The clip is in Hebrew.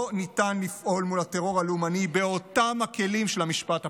לא ניתן לפעול מול הטרור הלאומני באותם כלים של המשפט הפלילי.